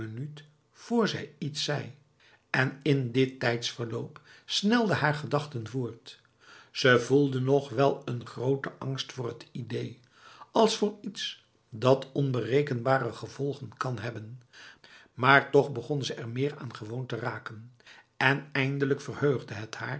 vr zij iets zei en in dit tijdsverloop snelden haar gedachten voort ze voelde nog wel een grote angst voor het idee als voor iets dat onberekenbare gevolgen kan hebben maar toch begon ze er meer aan gewoon te raken en eigenlijk verheugde het haar